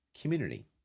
Community